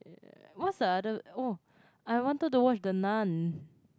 uh what's the other oh I wanted to watch the Nun